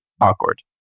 awkward